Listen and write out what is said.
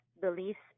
beliefs